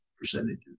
percentages